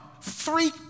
three